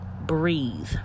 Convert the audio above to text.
breathe